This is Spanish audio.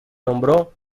nombró